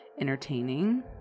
entertaining